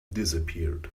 disappeared